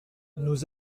nous